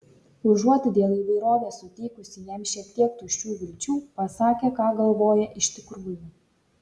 užuot dėl įvairovės suteikusi jam šiek tiek tuščių vilčių pasakė ką galvoja iš tikrųjų